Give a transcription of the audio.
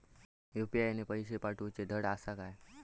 UPI ने पैशे पाठवूचे धड आसा काय?